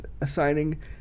assigning